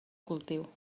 cultiu